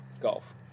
golf